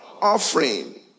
offering